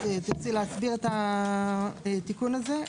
תרצי להסביר את התיקון הזה?